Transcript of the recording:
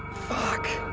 fuck.